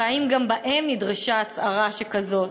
והאם גם בהם נדרשה הצהרה כזאת,